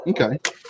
Okay